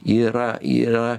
yra yra